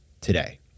today